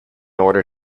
order